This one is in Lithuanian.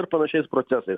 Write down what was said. ir panašiais procesais